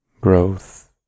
growth